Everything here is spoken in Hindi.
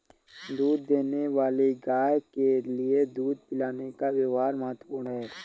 दूध देने वाली गाय के लिए दूध पिलाने का व्यव्हार महत्वपूर्ण है